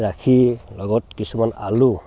ৰাখি লগত কিছুমান আলু